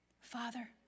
Father